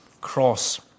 cross